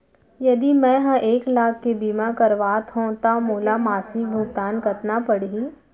यदि मैं ह एक लाख के बीमा करवात हो त मोला मासिक भुगतान कतना पड़ही?